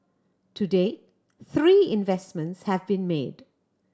to date three investments have been made